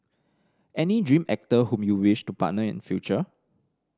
any dream actor whom you wish to partner in future